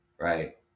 Right